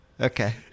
Okay